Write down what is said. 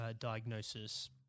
diagnosis